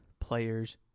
players